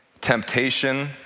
Temptation